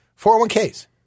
401ks